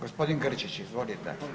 Gospodin Grčić izvolite.